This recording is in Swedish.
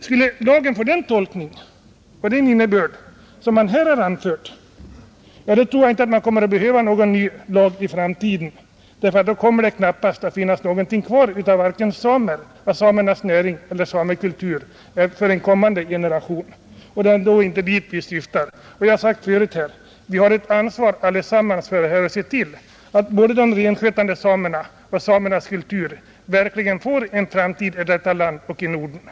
Skulle lagen få den innebörd som fru Berglund har anfört, tror jag inte att man kommer att behöva någon ny lag i framtiden. Detta enär det knappast kommer att finnas kvar någonting varken av samerna, deras näring eller deras kultur för en kommande generation. Det är ändå inte dit vi syftar. Jag har förut sagt att vi har ett ansvar för att de renskötande samerna, att samekulturen verkligen får en framtid i detta land och i Norden. Låt oss då också besluta på ett sådant sätt, att dessa förhoppningar kan bli verklighet.